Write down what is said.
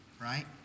right